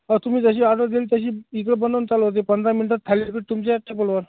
हो तुम्ही जशी ऑर्डर दिली तशी इकडं बनवून चालू होते पंधरा मिनिटात थालीपीठ तुमच्या टेबलावर